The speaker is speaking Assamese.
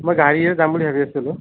মই গাড়ীৰে যাম বুলি ভাবি আছিলোঁ